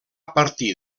partir